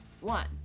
one